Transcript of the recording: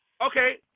Okay